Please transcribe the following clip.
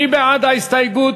מי בעד ההסתייגות,